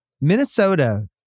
Minnesota